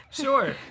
Sure